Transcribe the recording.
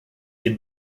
dem